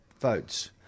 votes